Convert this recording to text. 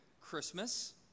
Christmas